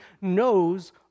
knows